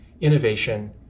innovation